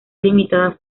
limitada